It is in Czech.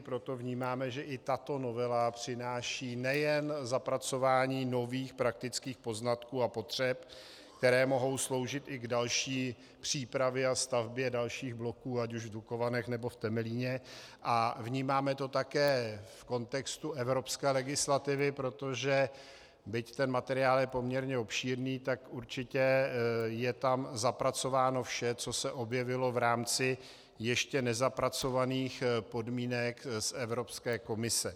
Proto vnímáme, že i tato novela přináší nejen zapracování nových praktických poznatků a potřeb, které mohou sloužit i k další přípravě a stavbě dalších bloků ať už v Dukovanech, nebo v Temelíně, a vnímáme to také v kontextu evropské legislativy, protože byť ten materiál je poměrně obšírný, tak určitě je tam zapracováno vše, co se objevilo v rámci ještě nezapracovaných podmínek z Evropské komise.